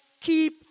keep